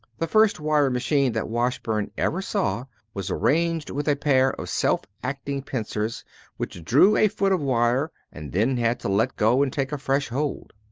the first wire machine that washburn ever saw was arranged with a pair of self-acting pincers which drew a foot of wire and then had to let go and take a fresh hold.